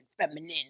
feminine